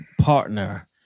partner